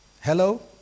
hello